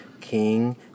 King